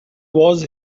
was